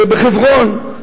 בחברון,